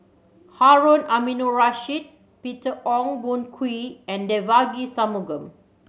Harun Aminurrashid Peter Ong Boon Kwee and Devagi Sanmugam